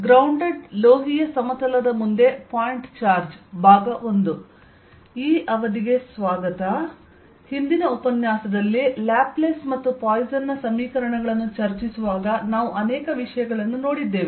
grounded ಲೋಹೀಯ ಸಮತಲದ ಮುಂದೆ ಪಾಯಿಂಟ್ ಚಾರ್ಜ್ I ಹಿಂದಿನ ಉಪನ್ಯಾಸದಲ್ಲಿ ಲ್ಯಾಪ್ಲೇಸ್ ಮತ್ತು ಪಾಯ್ಸನ್ ನ ಸಮೀಕರಣಗಳನ್ನು ಚರ್ಚಿಸುವಾಗ ನಾವು ಅನೇಕ ವಿಷಯಗಳನ್ನು ನೋಡಿದ್ದೇವೆ